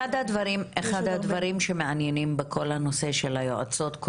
אחד הדברים שמעניינים בכל הנושא של היועצות,